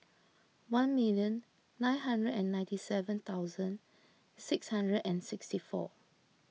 one million nine hundred and ninety seven thousand six hundred and sixty four